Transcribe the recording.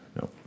No